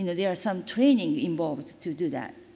and there are some training involved to do that.